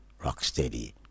rocksteady